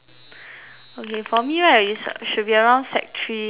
okay for me right is should be around sec three ya